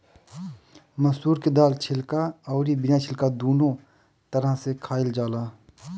मसूर के दाल छिलका अउरी बिना छिलका दूनो तरह से खाइल जाला